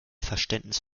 verständnis